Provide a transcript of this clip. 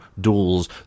duels